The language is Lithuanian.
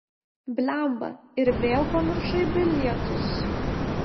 blemba ir vėl pamiršai bilietus